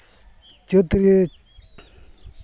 ᱪᱟᱹᱛ ᱨᱮ